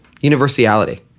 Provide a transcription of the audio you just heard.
Universality